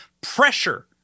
pressure